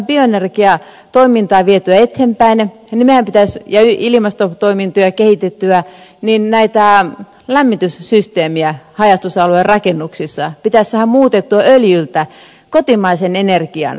elikkä jotta me saisimme bioenergiatoimintaa vietyä eteenpäin ja ilmastotoimintaa kehitettyä niin näitä lämmityssysteemejä haja asutusalueiden rakennuksissa pitäisi saada muutettua öljyltä kotimaisen energian käyttöön